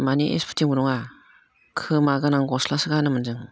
माने इसफुथिंबो नङा खोमा गोनां गस्लासो गानोमोन जों